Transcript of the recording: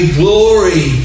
glory